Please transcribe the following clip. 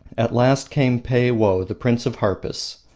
at last came peiwoh, the prince of harpists.